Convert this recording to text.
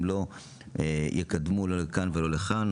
הם לא יקדמו לא לכאן ולא לכאן.